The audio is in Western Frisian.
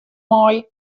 mei